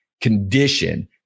condition